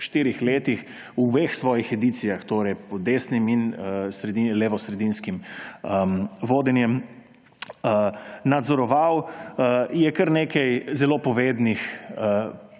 štirih letih v obeh svojih edicijah, torej pod desnim in levosredinskim vodenjem, nadzoroval, je kar nekaj zelo povednih